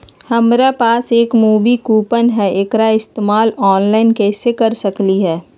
हमरा पास एक मूवी कूपन हई, एकरा इस्तेमाल ऑनलाइन कैसे कर सकली हई?